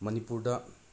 ꯃꯅꯤꯄꯨꯔꯗ